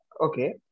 Okay